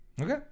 Okay